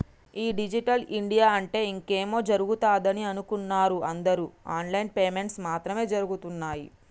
ఈ digital India అంటే ఇంకేమో జరుగుతదని అనుకున్నరు అందరు ఆన్ లైన్ పేమెంట్స్ మాత్రం జరగుతున్నయ్యి